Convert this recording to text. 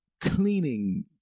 cleaning